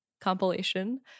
compilation